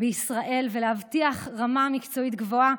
בישראל ולהבטיח רמה מקצועית גבוהה,